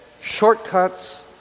shortcuts